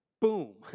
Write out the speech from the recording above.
boom